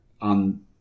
on